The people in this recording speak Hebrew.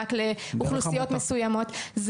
רק לאוכלוסיות מסוימות.